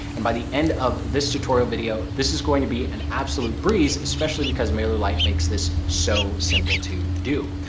and by the end of this tutorial video, this is going to be an absolute breeze especially because mailer light makes this so simple to do.